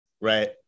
right